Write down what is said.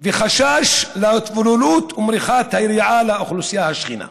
וחשש להתבוללות עם האוכלוסייה השכנה.